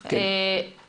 כי חוץ מאולם את לוקחת,